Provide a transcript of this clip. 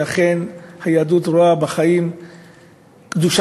ואכן היהדות רואה בחיים קדושה,